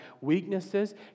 weaknesses